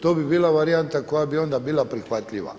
To bi bila varijanta koja bi onda bila prihvatljiva.